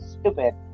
stupid